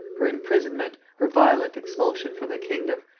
her imprisonment, her violent expulsion from the kingdom,